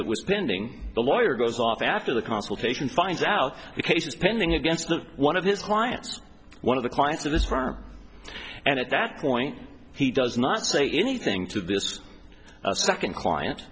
that was pending the lawyer goes off after the consultation finds out the case is pending against them one of his clients one of the clients of this firm and at that point he does not say anything to this second client